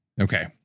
okay